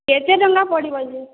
କେତେ ଟଙ୍କା ପଡ଼ିବ ଯେ